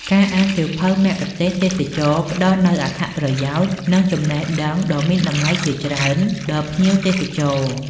ការអានសៀវភៅមគ្គុទ្ទេសក៍ទេសចរណ៍ផ្ដល់នូវអត្ថប្រយោជន៍ និងចំណេះដឹងដ៏មានតម្លៃជាច្រើនដល់ភ្ញៀវទេសចរ។